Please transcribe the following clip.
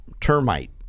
termite